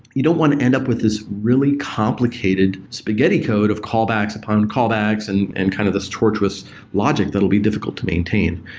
you don't want to end up with this really complicated spaghetti code of callbacks upon and callbacks and and kind of this tortious logic that will be difficult to maintain.